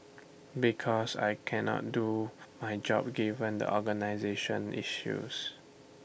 because I cannot do my job given the organisational issues